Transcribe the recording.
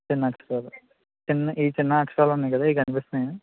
చిన్న అక్షరాలు చిన్న ఈ చిన్న అక్షరాలు ఉన్నాయి కదా ఇవి కనిపిస్తున్నాయా